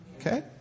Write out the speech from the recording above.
Okay